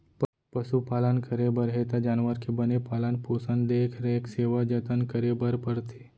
पसु पालन करे बर हे त जानवर के बने पालन पोसन, देख रेख, सेवा जनत करे बर परथे